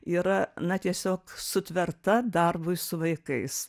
yra na tiesiog sutverta darbui su vaikais